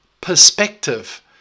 perspective